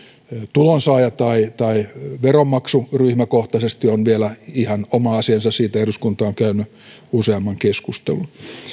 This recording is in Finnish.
tulonsaaja tai tai veronmaksuryhmäkohtaisesti on vielä ihan oma asiansa siitä eduskunta on käynyt useamman keskustelun